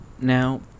Now